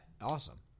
awesome